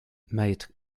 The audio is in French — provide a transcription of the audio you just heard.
maître